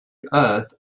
earth